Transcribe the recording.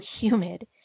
humid